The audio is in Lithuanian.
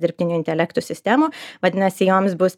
dirbtinio intelekto sistemų vadinasi joms bus